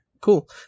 cool